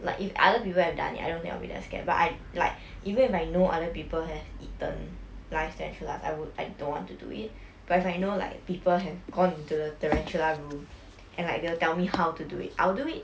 like if other people have done it I don't think I'll be that scared but I like even if I know other people have eaten live tarantulas I would I don't want to do it but if I know like people have gone into the tarantula room and like they'll tell me how to do it I'll do it